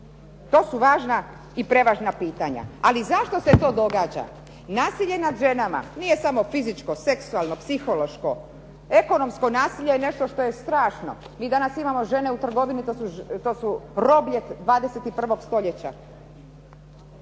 To su važna i prevažna pitanja. Ali zašto se to događa? Nasilje nad ženama nije samo fizičko, seksualno, psihološko. Ekonomsko nasilje je nešto što je strašno. Mi danas imamo žene u trgovini, to su roblje 21. stoljeća.